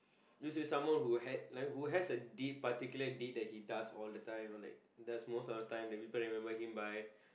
used to be someone who had like who has a deed particular deed that he does all the time like does most of the time that people remember him by